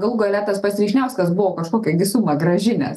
galų gale tas pats vyšniauskas buvo kažkokią sumą grąžinęs